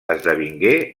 esdevingué